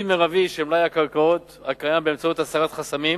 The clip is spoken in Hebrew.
מרבי של מלאי הקרקעות הקיים באמצעות הסרת חסמים